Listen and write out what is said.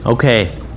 Okay